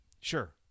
Sure